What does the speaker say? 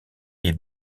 est